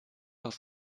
auf